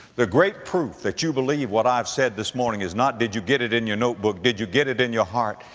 the great proof that you believe what i've said this morning is not did you get it in your notebook. did you get it in your heart?